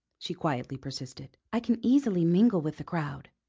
she quietly persisted. i can easily mingle with the crowd.